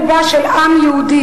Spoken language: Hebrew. לב לבו של העם היהודי,